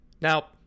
Now